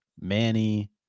Manny